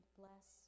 bless